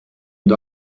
und